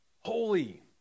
holy